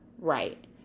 right